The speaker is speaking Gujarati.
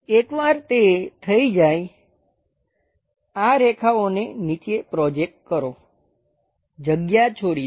એકવાર તે થઈ જાય આ રેખાઓને નીચે પ્રોજેક્ટ કરો જગ્યા છોડી દો